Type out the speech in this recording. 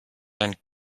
ein